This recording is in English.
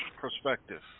perspective